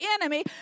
enemy